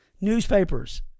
Newspapers